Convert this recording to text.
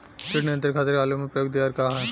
कीट नियंत्रण खातिर आलू में प्रयुक्त दियार का ह?